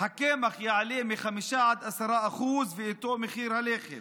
הקמח יעלה ב-5% עד 10%, ואיתו מחיר הלחם,